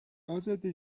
ازاده